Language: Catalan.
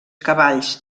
cavalls